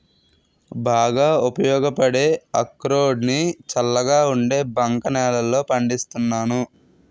బాగా ఉపయోగపడే అక్రోడ్ ని చల్లగా ఉండే బంక నేలల్లో పండిస్తున్నాను